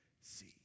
see